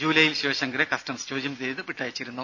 ജൂലൈയിൽ ശിവശങ്കറെ കസ്റ്റംസ് ചോദ്യം ചെയ്ത് വിട്ടയച്ചിരുന്നു